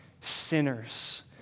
sinners